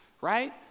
right